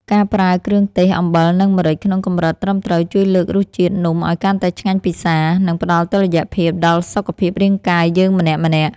ការប្រើគ្រឿងទេសអំបិលនិងម្រេចក្នុងកម្រិតត្រឹមត្រូវជួយលើករសជាតិនំឱ្យកាន់តែឆ្ងាញ់ពិសា និង ផ្ដល់តុល្យភាពដល់សុខភាពរាងកាយយើងម្នាក់ៗ។